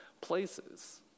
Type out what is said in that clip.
places